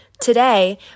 Today